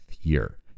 year